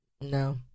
No